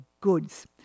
goods